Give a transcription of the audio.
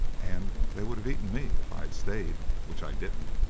and they would have eaten me if i had stayed which i didn't,